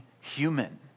human